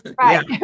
Right